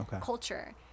culture